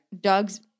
Dogs